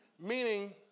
Meaning